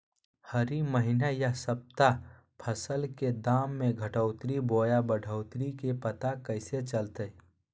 हरी महीना यह सप्ताह फसल के दाम में घटोतरी बोया बढ़ोतरी के पता कैसे चलतय?